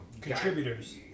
contributors